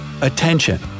Attention